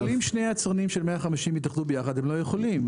אבל אם שני יצרנים של 150 יתאחדו ביחד הם לא יכולים,